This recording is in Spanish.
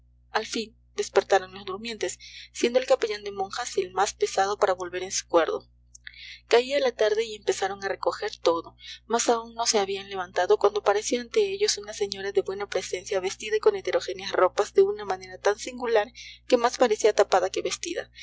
al fin despertaron los durmientes siendo el capellán de monjas el más pesado para volver en su acuerdo caía la tarde y empezaron a recoger todo mas aún no se habían levantado cuando apareció ante ellos una señora de buena presencia vestida con heterogéneas ropas de una manera tan singular que más parecía tapada que vestida